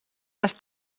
les